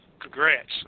Congrats